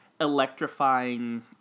electrifying